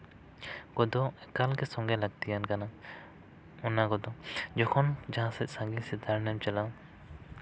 ᱠᱚᱫᱚ ᱮᱠᱟᱞᱜᱮ ᱥᱚᱝᱜᱮ ᱞᱟᱹᱠᱛᱤᱭᱟᱱ ᱠᱟᱱᱟ ᱚᱱᱟ ᱠᱚᱫᱚ ᱡᱚᱠᱷᱚᱱ ᱡᱟᱦᱟᱸ ᱥᱮᱜ ᱥᱟᱺᱜᱤᱧ ᱥᱮᱡ ᱫᱟᱬᱟᱱᱮᱢ ᱪᱟᱞᱟᱜᱼᱟ